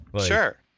sure